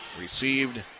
received